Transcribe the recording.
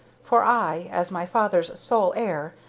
for i, as my father's sole heir,